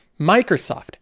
Microsoft